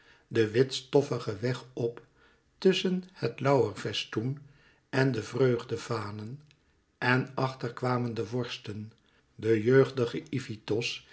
den wit stoffigen weg op tusschen het lauwerfestoen en de vreugdevanen en achter kwamen de vorsten de jeugdige